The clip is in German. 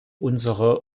unsere